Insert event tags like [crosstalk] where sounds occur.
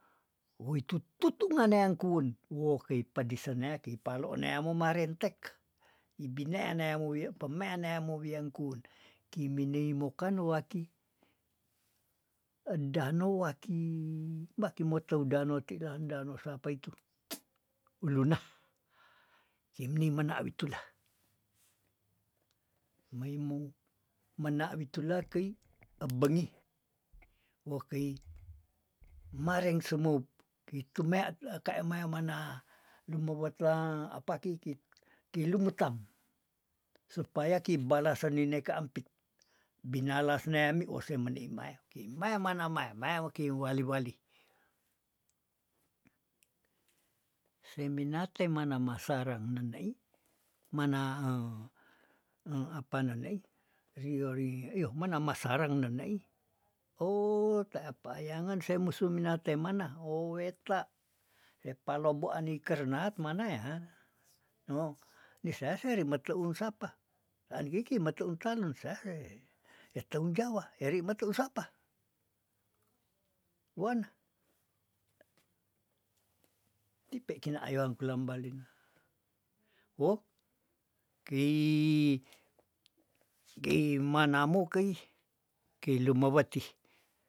Woitu tutu ngane angkun woh kei pedisenea kei palo oneamou marentek ibine neamou wia pemea neamou wiangkun kimei mokan waki edanou waki baki mo teudano tilan dano sapa itu [noise] uluna kimni mena witula kei ebengi woh kei mareng sumop keitu mea ekaeng mae mana lumewet la apa keikit keilumutang supaya kei balasen nine ka ampit binalas neami ose meni mae ki maya mana mae maya weki wali- wali, seminate mana masarang nenei mana [hesitation] apa nenei riori iyoh mana masarang nenei oh teapa ayangan se musu minatemana oweta epaloboan nikernat mana ya noh nisea seri meteu ensapa ankiki meteu talun sea he ehteun jawa heri meteu sapa wana tipe kina ayoang kulang balena woh kei- kei manamou kei- kei lumeweti.